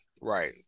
right